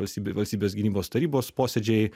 valstybė valstybės gynybos tarybos posėdžiai